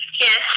Yes